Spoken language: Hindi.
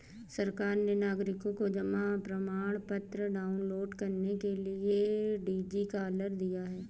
सरकार ने नागरिकों को जमा प्रमाण पत्र डाउनलोड करने के लिए डी.जी लॉकर दिया है